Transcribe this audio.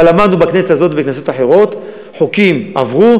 כבר למדנו בכנסת הזאת ובכנסות אחרות שחוקים עברו,